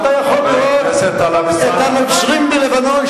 אתה יכול לראות את הנוצרים בלבנון,